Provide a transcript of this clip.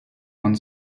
von